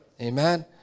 Amen